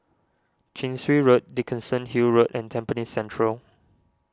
Chin Swee Road Dickenson Hill Road and Tampines Central